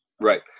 right